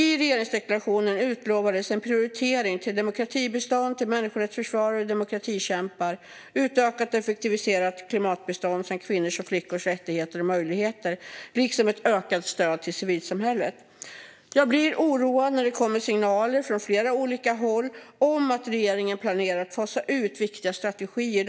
I regeringsdeklarationen utlovades en prioritering av "demokratibistånd till människorättsförsvarare och demokratikämpar; utökat och effektiviserat klimatbistånd samt kvinnors och flickors rättigheter och möjligheter" liksom ett ökat stöd till civilsamhället. Jag blir oroad när det kommer signaler från olika håll om att regeringen planerar att fasa ut viktiga strategier.